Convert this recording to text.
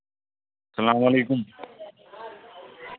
السلام علیکُم